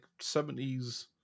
70s